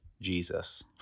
Jesus